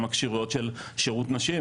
גם הכשירויות של שירות נשים,